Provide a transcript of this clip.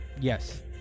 Yes